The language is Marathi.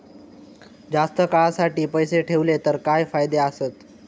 जास्त काळासाठी पैसे ठेवले तर काय फायदे आसत?